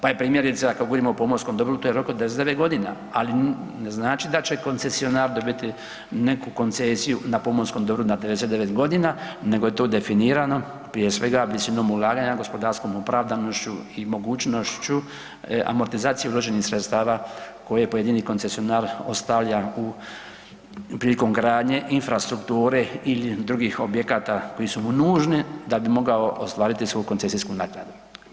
Pa je primjerice ako govorimo o pomorskom dobru to je rok od 99.g., ali ne znači da će koncesionar dobiti neku koncesiju na pomorskom dobru na 99.g. nego je to definirano prije svega visinom ulaganja, gospodarskom opravdanošću i mogućnošću amortizacije uloženih sredstava koje pojedini koncesionar ostavlja u prilikom gradnje infrastrukture ili drugih objekata koji su mu nužni da bi mogao ostvariti svoju koncesijsku naknadu.